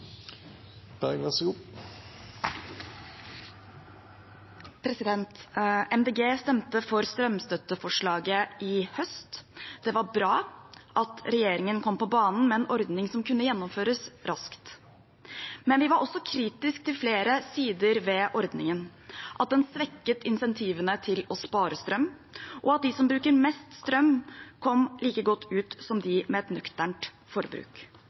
stemte for strømstøtteforslaget i høst. Det var bra at regjeringen kom på banen med en ordning som kunne gjennomføres raskt. Men vi var også kritisk til flere sider ved ordningen: at den svekket insentivene til å spare strøm, og at de som bruker mest strøm, kom like godt ut som dem med et nøkternt forbruk.